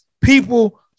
people